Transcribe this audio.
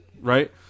right